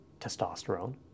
testosterone